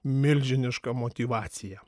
milžiniška motyvacija